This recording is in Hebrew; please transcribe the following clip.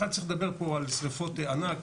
בכלל צריך לדבר פה על שריפות ענק,